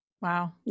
Wow